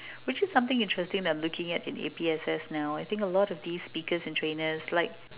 which is something interesting that I'm looking at in A_P_S_S now I think a lot of these speakers and trainers like